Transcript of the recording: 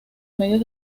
medios